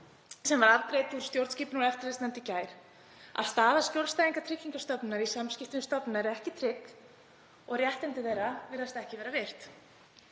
sem afgreidd var úr stjórnskipunar- og eftirlitsnefnd í gær, að staða skjólstæðinga Tryggingastofnunar í samskiptum við stofnunina er ekki trygg og réttindi þeirra virðast ekki vera virt.